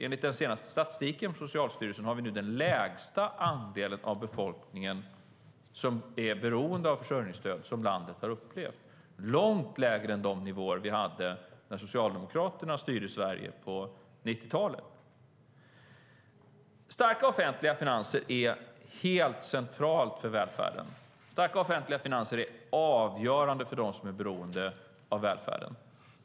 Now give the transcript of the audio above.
Enligt den senaste statistiken från Socialstyrelsen är nu den andel av befolkningen som är beroende av försörjningsstöd den lägsta som landet upplevt, långt lägre än de nivåer vi hade när Socialdemokraterna styrde Sverige på 90-talet. Starka offentliga finanser är helt centralt för välfärden. Starka offentliga finanser är avgörande för dem som är beroende av välfärden.